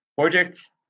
Projects